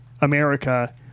America